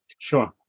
sure